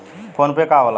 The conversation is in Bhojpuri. फोनपे का होला?